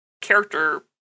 character